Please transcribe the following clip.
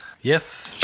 Yes